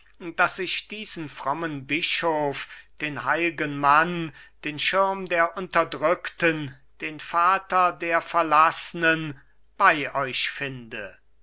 daß ich diesen frommen bischof den heilgen mann den schirm der unterdrückten den vater der verlaßnen bei euch finde